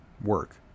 work